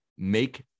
Make